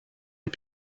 les